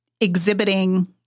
exhibiting